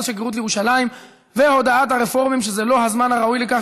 השגרירות לירושלים והודעת הרפורמים שזה לא הזמן הראוי לכך,